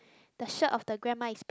the shirt of the grandma is pink